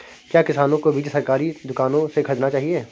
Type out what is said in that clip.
क्या किसानों को बीज सरकारी दुकानों से खरीदना चाहिए?